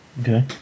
Okay